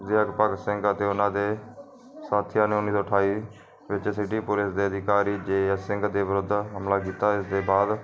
ਜਦ ਭਗਤ ਸਿੰਘ ਅਤੇ ਉਹਨਾਂ ਦੇ ਸਾਥੀਆਂ ਨੇ ਉੱ ਸੌ ਅਠਾਈ ਵਿੱਚ ਸਿਟੀ ਪੁਲਿਸ ਦੇ ਅਧਿਕਾਰੀ ਜਿਯਾ ਸਿੰਘ ਦੇ ਵਿਰੁੱਧ ਹਮਲਾ ਕੀਤਾ ਇਸ ਦੇ ਬਾਅਦ